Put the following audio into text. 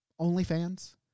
OnlyFans